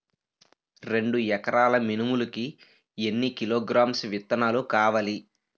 రెండు ఎకరాల మినుములు కి ఎన్ని కిలోగ్రామ్స్ విత్తనాలు కావలి?